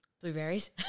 Blueberries